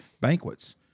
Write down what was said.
banquets